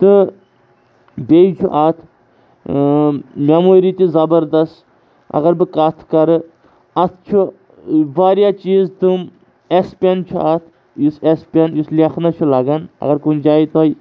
تہٕ بیٚیہِ چھُ اَتھ مٮ۪موری تہِ زَبردس اگر بہٕ کَتھ کَرٕ اَتھ چھُ واریاہ چیٖز تِم اٮ۪س پٮ۪ن چھُ اَتھ یُس اٮ۪س پٮ۪ن یُس لیکھنَس چھُ لَگان اگر کُنہِ جایہِ تۄہِہ